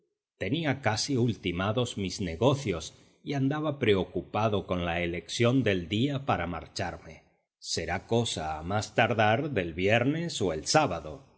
tenía casi ultimados mis negocios y andaba preocupado con la elección del día para marcharme será cosa a más tardar del viernes o el sábado